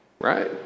right